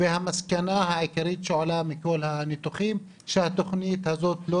והמסקנה העיקרית שעולה מכול הניתוחים שהתוכנית הזאת לא